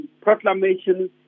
proclamation